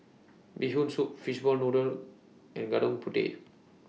Bee Hoon Soup Fishball Noodle and Gudeg Putih